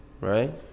right